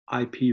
IP